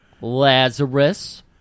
Lazarus